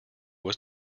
was